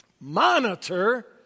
Monitor